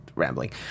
rambling